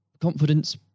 confidence